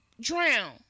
drown